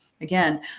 Again